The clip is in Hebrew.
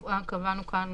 שקבענו כאן